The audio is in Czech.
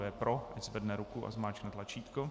Kdo je pro, ať zvedne ruku a zmáčkne tlačítko.